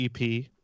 EP